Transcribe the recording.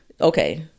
okay